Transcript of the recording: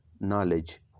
knowledge